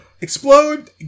explode